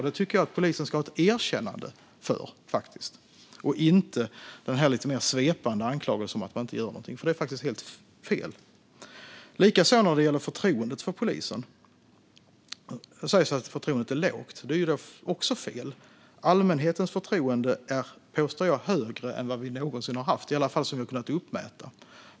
Det tycker jag att polisen ska ha ett erkännande för i stället för den här svepande anklagelsen om att man inte gör någonting; det är faktiskt helt fel. Det sägs att förtroendet för polisen är lågt. Det är också fel. Allmänhetens förtroende är, påstår jag, högre än någonsin, i alla fall enligt vad vi har kunnat uppmäta.